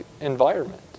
environment